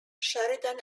sheridan